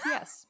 Yes